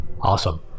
awesome